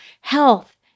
health